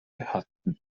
hatten